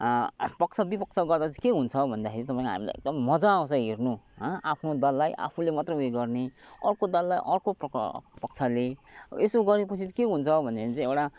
पक्ष विपक्षको गर्दा चाहिँ के हुन्छ भन्दाखेरि तपाईँको हामीलाई एकदम मजा आउँछ हेर्नु आफ्नो दललाई आफूले मात्र उयो गर्ने अर्को दललाई अर्को प्रकर पक्षले यसो गरेपछि चाहिँ के हुन्छ भने चाहिँ एउटा